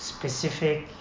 specific